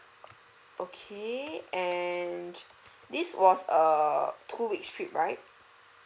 okay and this was err two weeks trip right